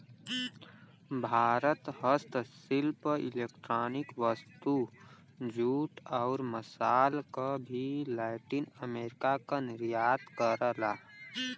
भारत हस्तशिल्प इलेक्ट्रॉनिक वस्तु, जूट, आउर मसाल क भी लैटिन अमेरिका क निर्यात करला